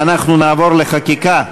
ואנחנו נעבור לחקיקה.